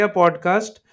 podcast